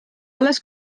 alles